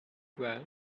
well